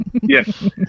Yes